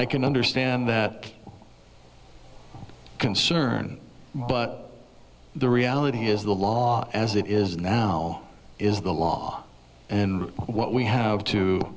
i can understand that concern but the reality is the law as it is now is the law and what we have to